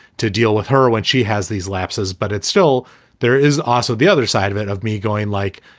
to deal with her when she has these lapses. but it's still there is also the other side of it of me going like,